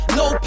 no